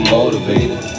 motivated